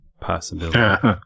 possibility